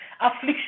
Affliction